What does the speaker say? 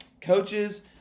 Coaches